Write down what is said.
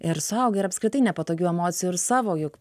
ir suaugę ir apskritai nepatogių emocijų ir savo juk